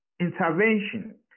intervention